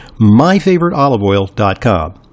MyFavoriteOliveOil.com